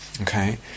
okay